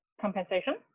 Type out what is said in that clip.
compensation